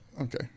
Okay